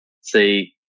see